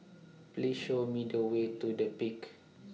Please Show Me The Way to The Peak